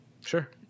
Sure